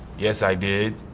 yes i did,